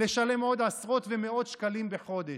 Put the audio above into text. לשלם עוד עשרות ומאות שקלים בחודש.